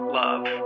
love